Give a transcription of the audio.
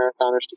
marathoners